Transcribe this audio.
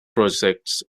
projects